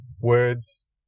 words